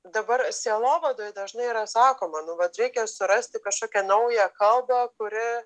dabar sielovadoj dažnai yra sakoma nu vat reikia surasti kažkokią naują kalbą kuri